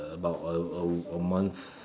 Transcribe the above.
about a a a month